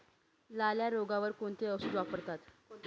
लाल्या रोगावर कोणते औषध वापरतात?